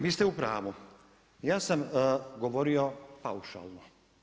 Vi ste u pravu, ja sam govorio paušalno.